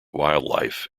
wildlife